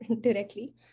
directly